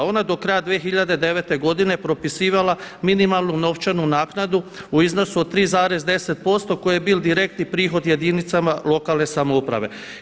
Ona je do kraja 2009. godine propisivala minimalnu novčanu naknadu u iznosu od 3,10% koje je bio direktni prihod jedinicama lokalne samouprave.